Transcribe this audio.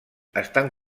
estan